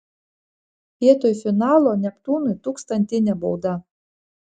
vietoj finalo neptūnui tūkstantinė bauda